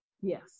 Yes